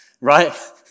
right